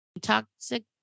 Toxic